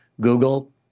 Google